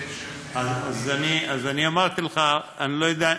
אז אני אמרתי לך, אני לא יודע,